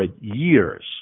years